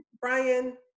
brian